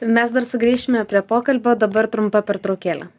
mes dar sugrįšime prie pokalbio dabar trumpa pertraukėlė